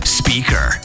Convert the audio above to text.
speaker